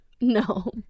No